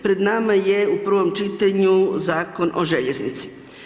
Pred nama je u prvom čitanju Zakon o željeznici.